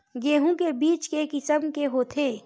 गेहूं के बीज के किसम के होथे?